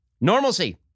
Normalcy